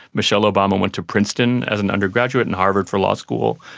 michelle obama went to princeton as an undergraduate and harvard for law school,